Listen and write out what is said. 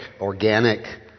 Organic